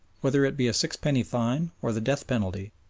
whether it be a sixpenny fine or the death penalty,